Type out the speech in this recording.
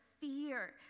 fear